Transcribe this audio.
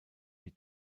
die